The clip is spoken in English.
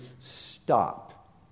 stop